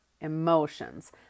emotions